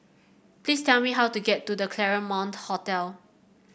please tell me how to get to The Claremont Hotel